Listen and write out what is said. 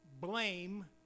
blame